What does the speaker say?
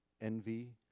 envy